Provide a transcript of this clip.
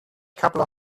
couple